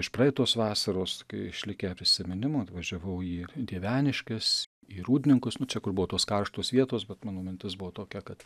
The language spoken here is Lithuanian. iš praeitos vasaros kai išlikę prisiminimų atvažiavau į dieveniškes į rūdninkus nu čia kur buvo tos karštos vietos bet mano mintis buvo tokia kad